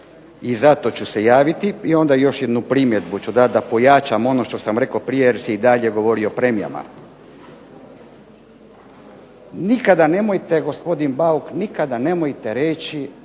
i zato ću se javiti i onda još jednu primjedbu ću dati da pojačam ono što sam rekao prije jer se i dalje govori o premijama. Nikada nemojte, gospodine Bauk nikada nemojte reći